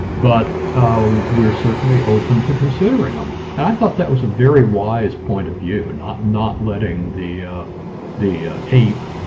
but we're certainly open to considering them. and i thought that was a very wise point of view. and i'm not letting the the ape.